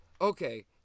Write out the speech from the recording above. okay